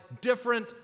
different